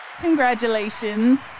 Congratulations